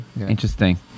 Interesting